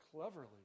cleverly